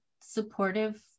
supportive